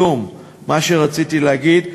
כלום, ממה שרציתי להגיד.